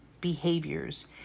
behaviors